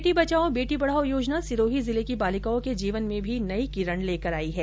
बेटी बचाओ बेटी पढ़ाओ योजना सिरोही जिले की बालिकाओं के जीवन में भी नई किरण लेकर आई है